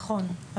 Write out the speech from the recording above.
נכון.